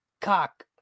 cock